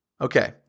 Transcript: Okay